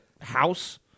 house